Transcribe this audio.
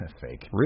Fake